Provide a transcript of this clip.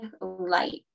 light